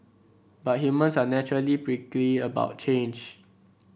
but humans are naturally prickly about change